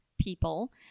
People